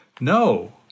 No